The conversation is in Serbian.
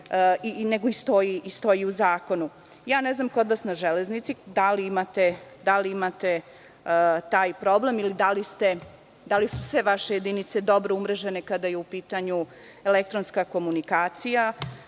ne podrazumeva. Ne znam kod vas na Železnici da li imate taj problem ili da li su sve vaše jedinice dobro umrežene kada je u pitanju elektronska komunikacija